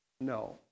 No